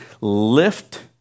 lift